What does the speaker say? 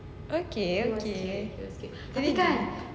okay okay